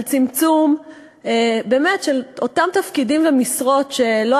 על צמצום של אותם תפקידים ומשרות שלא